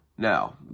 Now